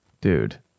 dude